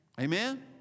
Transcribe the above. Amen